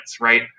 Right